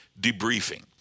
Debriefing